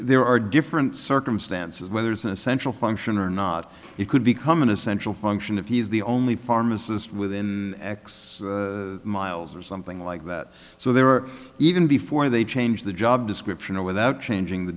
there are different circumstances whether it's an essential function or not it could become an essential function if he is the only pharmacist within x miles or something like that so they were even before they changed the job description and without changing the